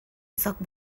озак